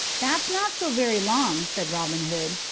that's not so very long, said robin hood.